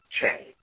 change